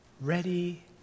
Ready